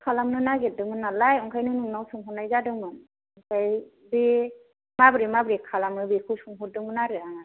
खालामनो नागेरदोंमोन नालाय ओंखायनो नोंनाव सोंहरनाय जादोंमोन आमफ्राय बे माब्रै माब्रै खालामो बेखौ सोंहरदोंमोन आरो आङो